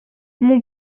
mon